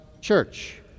church